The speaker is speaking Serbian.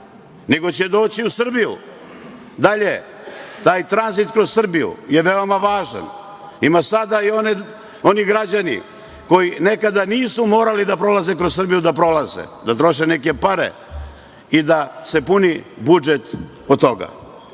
nego će doći u Srbiju. Dalje, taj tranzit kroz Srbiju je veoma važan. Sad će oni građana koji nekada nisu morali da prolaze kroz Srbiju, da prolaze, da troše neke pare i da se puni budžet od toga. Dame